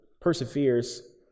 perseveres